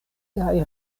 kaj